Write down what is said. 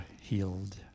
healed